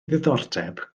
ddiddordeb